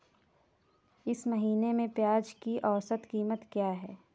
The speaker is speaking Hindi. इस महीने में प्याज की औसत कीमत क्या है?